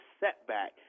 setback